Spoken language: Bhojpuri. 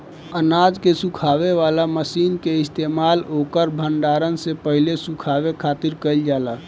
अनाज के सुखावे वाला मशीन के इस्तेमाल ओकर भण्डारण से पहिले सुखावे खातिर कईल जाला